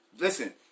Listen